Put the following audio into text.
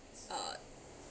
uh